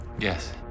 Yes